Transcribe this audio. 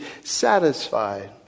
satisfied